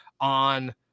on –